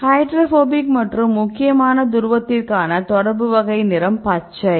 hydrophobic மற்றும் முக்கியமாக துருவத்திற்கான தொடர்பு வகை நிறம் பச்சை